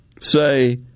say